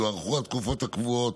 יוארכו התקופות הקבועות